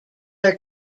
are